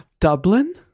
Dublin